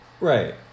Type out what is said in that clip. Right